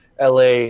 LA